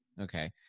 okay